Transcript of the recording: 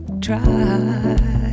Try